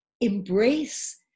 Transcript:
embrace